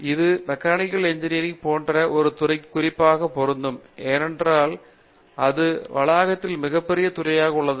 இது mechanical engineering போன்ற ஒரு துறைக்கு குறிப்பாகப் பொருந்தும் ஏனென்றால் அது வளாகத்தில் மிகப் பெரிய துறையாக உள்ளது